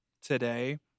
today